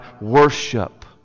worship